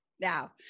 Now